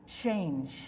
change